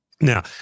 Now